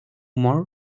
more